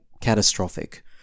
catastrophic